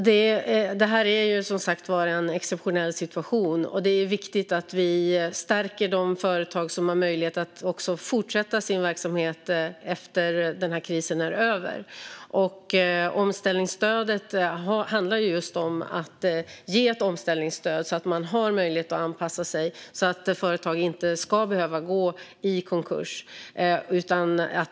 Fru talman! Detta är som sagt en exceptionell situation. Det är viktigt att vi stärker de företag som har möjlighet att fortsätta sin verksamhet när krisen är över. Omställningsstödet ska just vara ett omställningsstöd, så att företag har möjlighet att anpassa sig och inte ska behöva gå i konkurs.